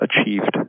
achieved